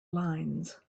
lines